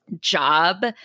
job